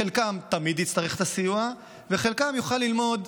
חלקם תמיד יצטרכו את הסיוע וחלקם יוכל ללמוד,